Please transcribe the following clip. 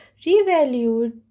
revalued